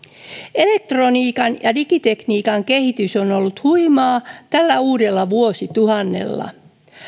elektroniikan ja digitekniikan kehitys on ollut huimaa tällä uudella vuosituhannella